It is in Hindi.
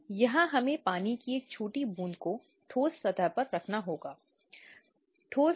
वहाँ किसी भी अन्य पक्ष द्वारा दिए गए दस्तावेज़ भी दायर किए जाने चाहिए